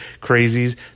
crazies